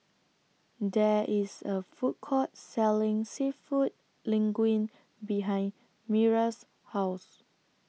There IS A Food Court Selling Seafood Linguine behind Myra's House